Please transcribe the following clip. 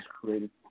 created